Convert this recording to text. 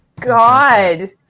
god